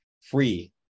free